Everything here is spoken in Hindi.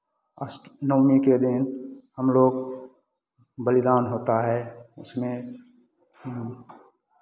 अष्ट नवमी के दिन हमलोग बलिदान होता है उसमें हम